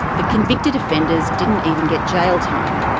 the convicted offenders didn't even get jail time.